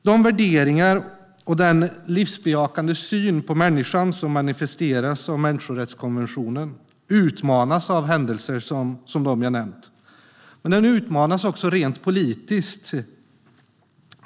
De värderingar och den livsbejakande syn på människan som manifesteras av människorättskonventionen utmanas av händelser som dem jag nämnt. Men de utmanas också rent politiskt.